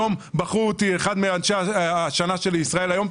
היום בחרו אותי אחד מאנשי השנה של ישראל היום.